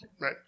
right